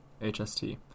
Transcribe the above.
HST